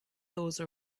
those